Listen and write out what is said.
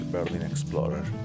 Berlinexplorer